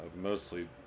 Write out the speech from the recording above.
Mostly